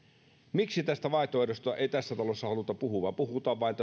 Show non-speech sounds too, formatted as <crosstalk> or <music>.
miksi tästä vaihtoehdosta ei tässä talossa haluta puhua vaan puhutaan vain <unintelligible>